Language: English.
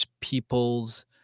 people's